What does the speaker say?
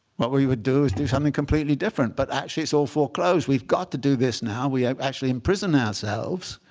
what we would do is do something completely different. but actually, it's all foreclosed. we've got to do this now. we have actually imprisoned ourselves